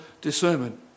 discernment